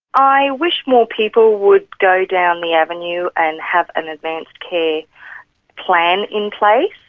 i wish more people would go down the avenue and have an advance care plan in place.